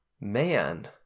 man